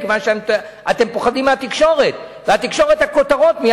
מכיוון שאתם פוחדים מהתקשורת והכותרות.